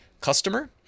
customer